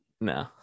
No